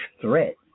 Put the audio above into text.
threat